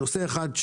נושא אחד,